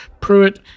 Pruitt